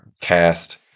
cast